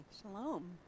shalom